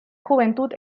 juventud